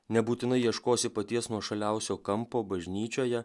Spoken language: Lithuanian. nebūtinai ieškosi paties nuošaliausio kampo bažnyčioje